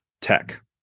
tech